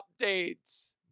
updates